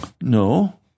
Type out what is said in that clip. No